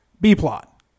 B-plot